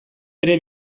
ere